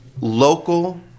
local